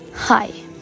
Hi